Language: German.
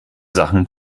sachen